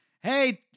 Hey